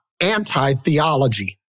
anti-theology